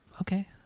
Okay